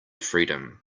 freedom